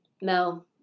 No